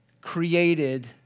created